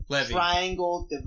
triangle